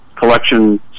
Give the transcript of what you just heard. Collection